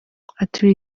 atuye